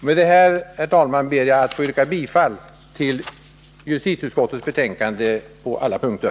Med detta, herr talman, ber jag att få yrka bifall till justitieutskottets hemställan på alla punkter.